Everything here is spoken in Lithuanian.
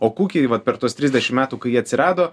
o kukiai vat per tuos trisdešim metų kai jie atsirado